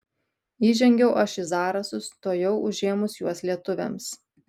įžengiau aš į zarasus tuojau užėmus juos lietuviams